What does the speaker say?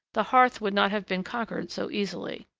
the hearth would not have been conquered so easily.